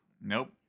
Nope